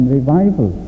revival